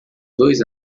dois